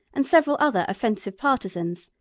and several other offensive partisans,